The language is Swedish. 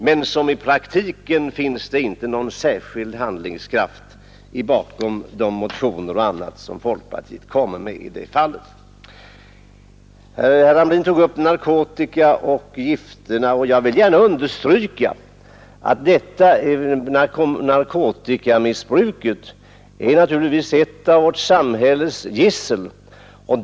Men i praktiken finns det inte någon särskild handlingskraft bakom de motioner som folkpartiet kommer med. Herr Hamrin tog upp frågan om narkotika och gifter. Jag vill gärna understryka att narkotikamissbruket naturligtvis är ett av vårt samhälles gissel.